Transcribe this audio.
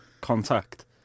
contact